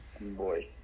boy